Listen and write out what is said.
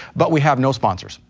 but we have no sponsors.